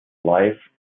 life